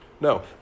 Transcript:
No